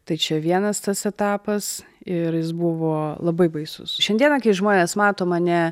tai čia vienas tas etapas ir jis buvo labai baisus šiandieną kai žmonės mato mane